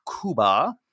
Cuba